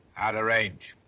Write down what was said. out of range.